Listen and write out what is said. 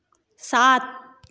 सात